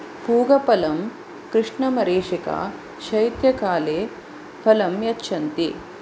पूगफलं कृष्णमरीचिका शैत्यकाले फलं यच्छन्ति